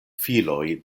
filoj